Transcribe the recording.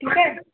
ठीकु आहे